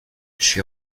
she